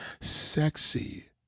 sexy